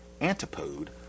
antipode